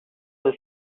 will